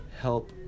help